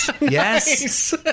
Yes